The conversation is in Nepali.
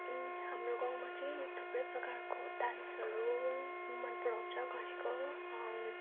हाम्रो गाउँमा चाहिँ थुप्रै प्रकारको डान्सहरू मनपराउँछ गरेको